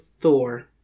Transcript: Thor